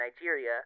Nigeria